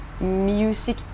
music